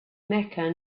mecca